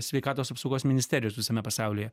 sveikatos apsaugos ministerijos visame pasaulyje